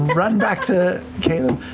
run back to caleb.